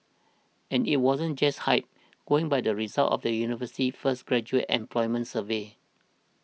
and it wasn't just hype going by the results of the university's first graduate employment survey